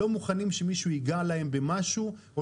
הם לא מוכנים שמישהו יגע להם במשהו או